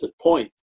point